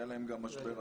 היה לה גם משבר השנה.